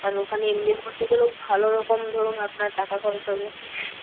আর ওখানে M B A করতে গেলেও ভালো রকম ধরুন আপনার টাকা খরচ হবে